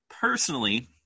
personally